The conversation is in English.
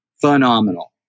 phenomenal